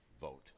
vote